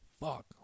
fuck